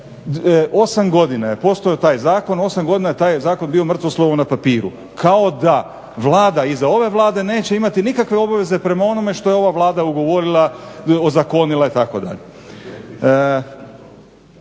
8 godina je postojao taj zakon, 8 godina je taj zakon bio mrtvo slovo na papiru, kao da Vlada iza ove Vlade neće imati nikakve obaveze prema onome što je ova Vlada ugovorila, ozakonila itd.